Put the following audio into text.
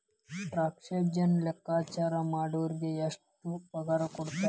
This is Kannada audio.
ಟ್ಯಾಕ್ಸನ್ನ ಲೆಕ್ಕಾಚಾರಾ ಮಾಡೊರಿಗೆ ಎಷ್ಟ್ ಪಗಾರಕೊಡ್ತಾರ??